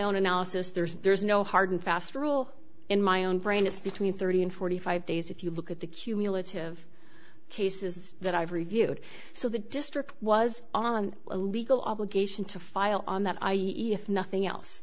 own analysis there's no hard and fast rule in my own brain it's between thirty and forty five days if you look at the cumulative cases that i've reviewed so the district was on a legal obligation to file on that i e if nothing else